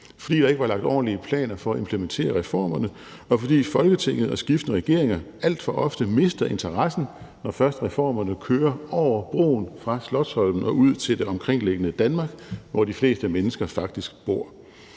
fordi der ikke var lagt ordentlige planer for at implementere reformerne; og fordi Folketinget og skiftende regeringer alt for ofte mister interessen, når først reformerne kører over broen fra Slotsholmen og ud til det omkringliggende Danmark, hvor de fleste mennesker faktisk bor.